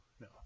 No